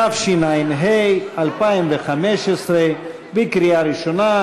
התשע"ה 2015, בקריאה ראשונה.